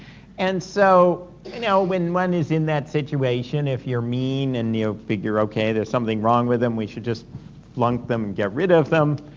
and so you know when one is in that situation, if you're mean and you figure, okay, there's something wrong with them, we should just flunk them and get rid of them,